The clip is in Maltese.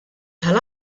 tal